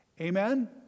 Amen